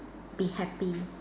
be happy